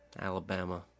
Alabama